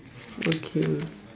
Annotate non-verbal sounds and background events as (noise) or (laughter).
okay (noise)